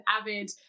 avid